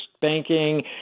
Banking